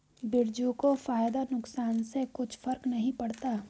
बिरजू को फायदा नुकसान से कुछ फर्क नहीं पड़ता